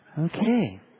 Okay